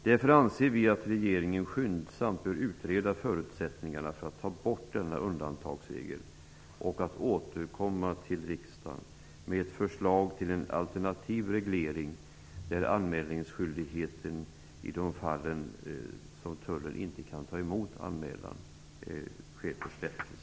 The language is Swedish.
Därför anser vi att regeringen skyndsamt bör utreda förutsättningarna för att ta bort denna undantagsregel och att man bör återkomma till riksdagen med ett förslag till en alternativ reglering av anmälningsskyldigheten i de fall tullen inte kan ta emot anmälan. Fru talman!